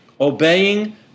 Obeying